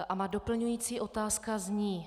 Má doplňující otázka zní: